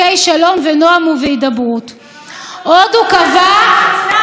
השופטים יהיו שותפים לפשע מלחמה.